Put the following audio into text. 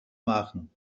machen